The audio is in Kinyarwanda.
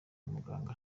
umuganga